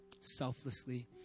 selflessly